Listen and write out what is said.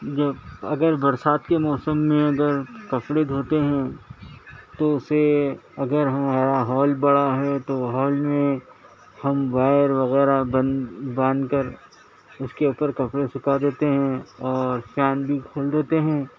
جب اگر برسات کے موسم میں اگر کپڑے دھوتے ہیں تو اسے اگر ہمارا ہال بڑا ہے تو ہال میں ہم وائر وغیرہ بند باندھ کر اس کے اوپر کپڑے سکھا دیتے ہیں اور فین بھی کھول دیتے ہیں